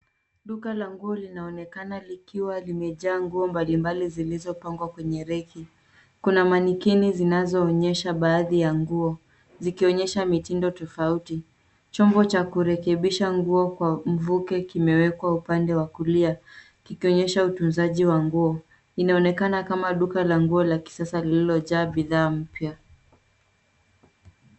Duka la nguo linaonekana likiwa limejaa nguo mbalimbali zilizopangwa kwenye reki. Kuna manekini zinazoonyesha baadhi ya nguo, zikionyesha mitindo tofauti. Chombo cha kurekebisha nguo kwa mvuke kiwekwa upande wa kulia kikionyesha utunzaji wa nguo. Inaonekana kama duka la nguo la kisasa lililojaa bidhaa mpya.